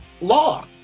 law